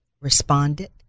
responded